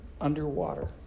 underwater